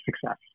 success